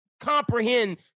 comprehend